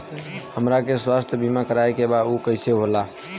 हमरा के स्वास्थ्य बीमा कराए के बा उ कईसे होला?